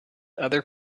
other